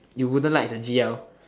you wouldn't like as a g_l